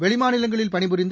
வெளிமாநிலங்களில் பணிபுரிந்து